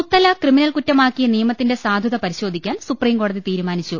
മുത്തലാഖ് criminal കുറ്റമാക്കിയ നിയമത്തിന്റെ സാധുത പരിശോധിക്കാൻ സുപ്രീംകോടതി തീരുമാനിച്ചു